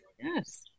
Yes